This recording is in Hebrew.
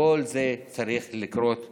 כל זה צריך לקרות במהירות.